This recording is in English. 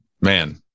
man